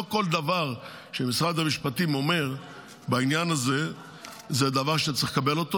לא כל דבר שמשרד המשפטים אומר בעניין הזה הוא דבר שצריך לקבל אותו,